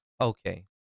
Okay